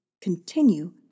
continue